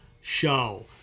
show